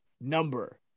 number